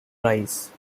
rise